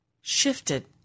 shifted